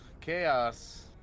Chaos